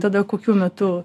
tada kokiu metu